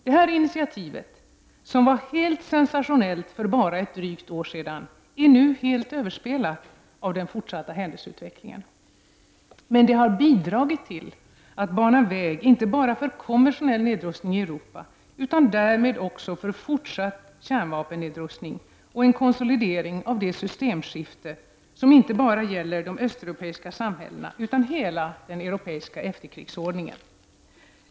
Detta initiativ, som var helt sensationellt för bara drygt ett år sedan, är nu helt överspelat av den fortsatta händelseutvecklingen. Det har utgjort ett bidrag när det gäller att bana väg inte bara för konventionell nedrustning i Europa utan också för fortsatt kärnvapennedrustning och en konsolidering av det systemskifte som inte bara gäller de östeuropeiska samhällena utan också hela den europeiska efterkrigsordningen.